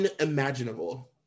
unimaginable